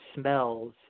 smells